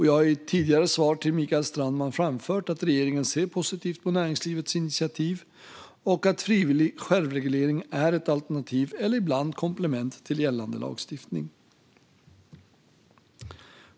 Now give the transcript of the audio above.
Jag har i tidigare svar till Mikael Strandman framfört att regeringen ser positivt på näringslivets initiativ och att frivillig självreglering är ett alternativ eller, ibland, komplement till gällande lagstiftning.